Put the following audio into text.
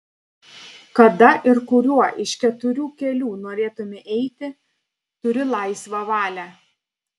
kada ir kuriuo iš keturių kelių norėtumei eiti turi laisvą valią